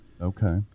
Okay